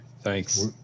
Thanks